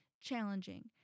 challenging